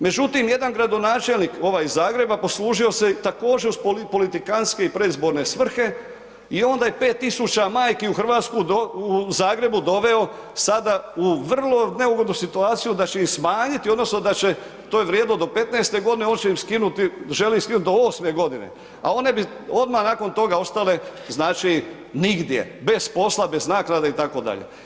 Međutim, jedan gradonačelnik ovaj iz Zagreba poslužio se također u politikantske i predizborne svrhe i onda je 5.000 majki u Zagrebu doveo sada u vrlo neugodnu situaciju da će im smanjiti odnosno da će, to je vrijedilo do 15 godine on će im skinuti, želi skinuti do 8 godine, a one bi odmah nakon toga ostale znači nigdje, bez posla, bez naknade itd.